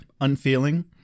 Unfeeling